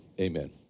amen